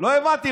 לא הבנתי.